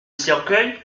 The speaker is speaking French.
cercueil